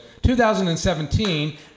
2017